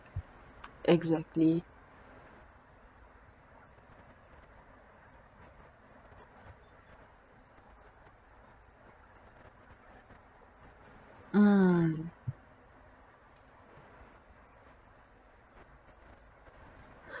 exactly mm